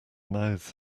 mouths